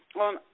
on